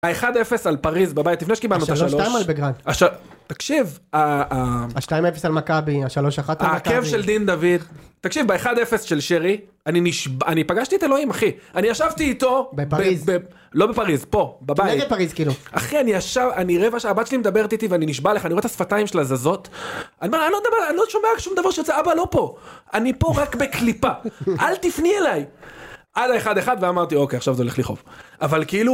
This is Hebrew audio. ה-1-0 על פריז בבית, לפני שקיבלנו את השלוש. שלוש-שתיים על בלגרד. תקשיב, ה... השתיים-אפס על מכבי, השלוש-אחת על מכבי. העקב של דין דוד. תקשיב, ב-1-0 של שרי, אני פגשתי את אלוהים, אחי. אני ישבתי איתו, בפריז. לא בפריז, פה, בבית. נגד פריז, כאילו. אחי, אני רבע שעה, הבת שלי מדברת איתי, ואני נשבע לך, אני רואה את השפתיים שלה הזזות, אני לא שומע שום דבר יוצא, אבא, לא פה. אני פה רק בקליפה. אל תפני אליי. עד ה-1-1, ואמרתי, אוקיי, עכשיו זה הולך לכאוב.